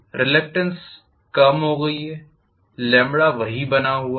reluctance कम हो गई है वही बना हुआ है